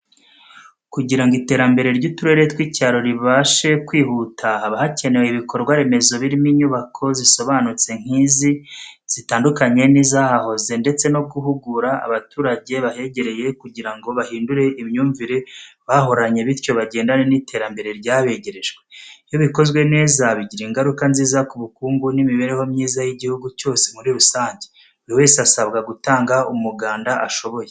Kugira ngo iterambere ry'uturere tw'icyaro ribashe kwihuta, haba hakenewe ibikorwa remezo birimo inyubako zisobanutse nk'izi, zitandukanye n'izahahoze ndetse no guhugura abaturage bahegereye kugira ngo bahindure imyumvire bahoranye bityo bagendane n'iterambere ryabegerejwe, iyo bikozwe neza bigira ingaruka nziza ku bukungu n'imibereho myiza y'igihugu cyose muri rusange. Buri wese asabwa gutanga umuganda ashoboye.